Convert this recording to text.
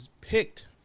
picked